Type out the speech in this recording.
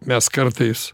mes kartais